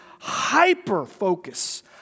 hyper-focus